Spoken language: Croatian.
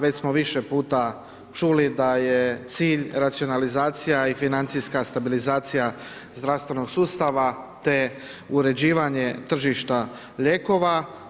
Već smo više puta čuli da je cilj racionalizacija i financijska stabilizacija zdravstvenog sustava te uređivanje tržišta lijekova.